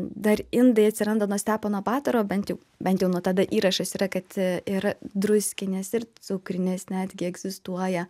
dar indai atsiranda nuo stepono batoro bent jau bent jau nuo tada įrašas yra kad ir druskinės ir cukrinės netgi egzistuoja